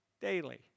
daily